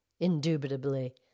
Indubitably